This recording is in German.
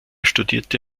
studierte